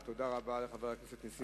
תודה רבה לחבר הכנסת נסים זאב.